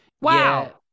wow